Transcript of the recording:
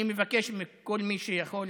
אני מבקש מכל מי שיכול